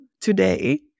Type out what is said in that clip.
today